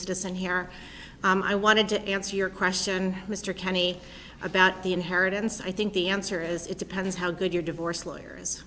citizen here i wanted to answer your question mr kenny about the inheritance i think the answer is it depends how good your divorce lawyers